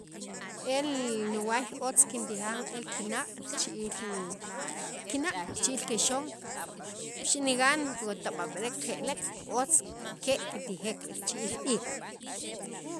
E niwaay otz kintijan e kinaq' richib'i kinaq' richib'in kexon nigan kitab'ab'erek ke'elek otz ke' kitijek richib'il iik